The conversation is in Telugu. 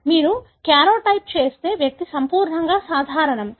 మీరు కార్యోటైప్ చేస్తే వ్యక్తి సంపూర్ణంగా సాధారణం